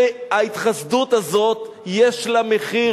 ההתחסדות הזאת יש לה מחיר,